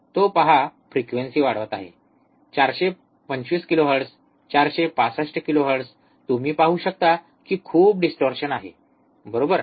तो पहा फ्रिक्वेन्सी वाढवत आहे ४२५ किलोहर्ट्झ ४६५ किलोहर्ट्झ तुम्ही पाहू शकता कि खूप डिस्टोर्शन आहे बरोबर